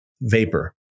vapor